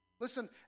Listen